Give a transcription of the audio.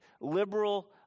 liberal